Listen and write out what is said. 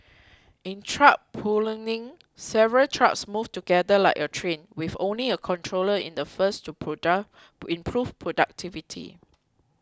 in truck platooning several trucks move together like a train with only a controller in the first to product to improve productivity